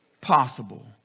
possible